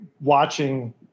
watching